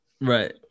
Right